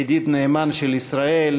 ידיד נאמן של ישראל,